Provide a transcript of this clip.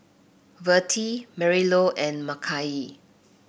Vertie Marylou and Makai